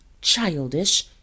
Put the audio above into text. childish